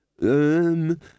Um